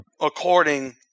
according